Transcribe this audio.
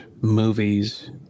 movies